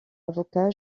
avocat